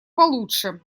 получше